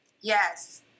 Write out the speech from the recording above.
Yes